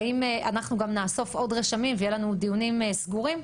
אנחנו נאסוף גם עוד רשמים ויהיו לנו דיונים סגורים,